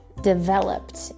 developed